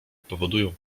powodują